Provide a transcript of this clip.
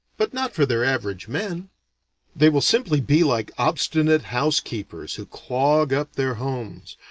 but not for their average men they will simply be like obstinate housekeepers who clog up their homes,